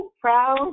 proud